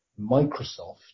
microsoft